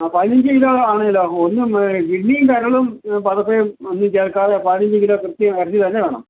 ആ പതിനഞ്ച് കിലോ ആണെങ്കിലോ ഒന്നും കിഡ്നിയും കരളും പതപ്പെന്നും ചേർക്കാതെ പതിനഞ്ച് കിലോ കൃത്യം ഇറച്ചി തന്നെ വേണം